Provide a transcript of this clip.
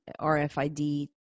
RFID